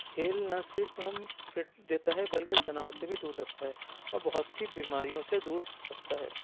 کھیل نہ صرف ہم فٹ دیتا ہے بلکہ تناؤ سے بھی دور رکھتا ہے اور بہت سی بیماریوں سے دور رکھتا ہے